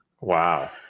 Wow